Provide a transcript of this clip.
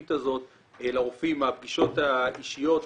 האינסופית הזאת לרופאים, מהפגישות האישיות.